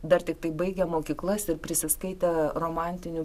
dar tiktai baigę mokyklas ir prisiskaitę romantinių